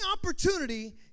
opportunity